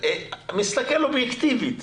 אני מסתכל על זה בצורה אובייקטיבית